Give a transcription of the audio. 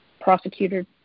prosecuted